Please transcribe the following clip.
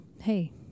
hey